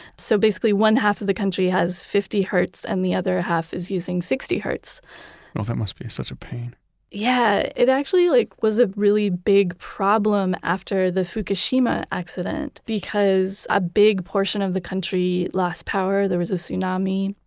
so basically, one half of the country has fifty hertz and the other half is using sixty hertz well, that must be such a pain yeah. it actually like was a really big problem after the fukushima accident because a big portion of the country lost power. there was a tsunami,